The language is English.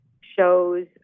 shows